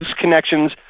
connections